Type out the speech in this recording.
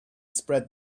spread